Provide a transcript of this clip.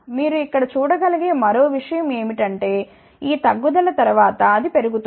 మీరు ఇక్కడ చూడగలిగే మరో విషయం ఏమిటంటే ఈ తగ్గుదల తరువాత అది పెరుగుతోంది